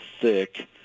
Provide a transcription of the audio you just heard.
thick